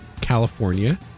California